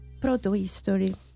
proto-history